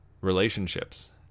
relationships